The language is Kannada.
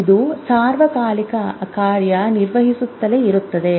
ಇದು ಸಾರ್ವಕಾಲಿಕ ಕಾರ್ಯನಿರ್ವಹಿಸುತ್ತಲೇ ಇರುತ್ತದೆ